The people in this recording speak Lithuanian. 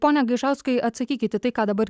pone gaižauskai atsakykit į tai ką dabar